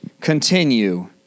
Continue